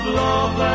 love